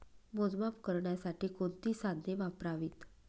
मोजमाप करण्यासाठी कोणती साधने वापरावीत?